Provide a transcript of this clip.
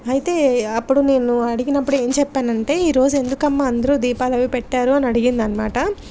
అయితే అప్పుడు నేను అడిగినప్పుడు ఏమి చెప్పాను అంటే ఈ రోజు ఎందుకమ్మ అందరూ దీపాలు అవి పెట్టారు అని అడిగింది అన్నమాట